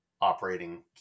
operating